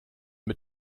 mit